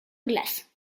glace